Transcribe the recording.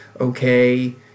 okay